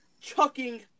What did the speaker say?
chucking